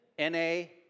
N-A